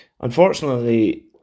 unfortunately